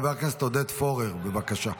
חבר הכנסת עודד פורר, בבקשה.